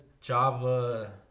Java